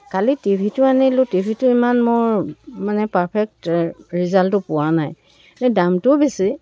কালি টি ভিটো আনিলোঁ টি ভিটো ইমান মোৰ মানে পাৰফেক্ট ৰিজাল্টটো পোৱা নাই দামটোও বেছি